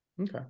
Okay